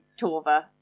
Torva